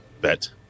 bet